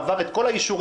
עבר את כל האישורים,